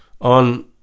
on